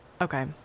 Okay